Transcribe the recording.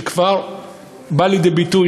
שכבר בא לידי ביטוי,